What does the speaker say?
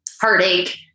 heartache